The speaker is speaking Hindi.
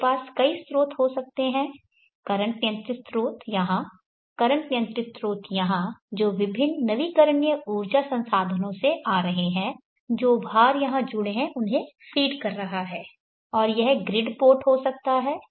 मेरे पास कई स्रोत हो सकते हैं करंट नियंत्रित स्रोत यहाँ करंट नियंत्रित स्रोत यहाँ जो विभिन्न नवीकरणीय ऊर्जा संसाधनों से आ रहे हैं जो भार यहां जुड़े हुए हैं उन्हें फीड कर रहा है और यह ग्रिड पोर्ट हो सकता है